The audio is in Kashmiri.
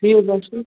ٹھیٖک باسٮ۪و